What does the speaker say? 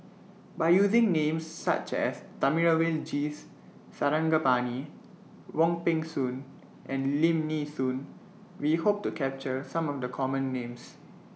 By using Names such as Thamizhavel G Sarangapani Wong Peng Soon and Lim Nee Soon We Hope to capture Some of The Common Names